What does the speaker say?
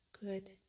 good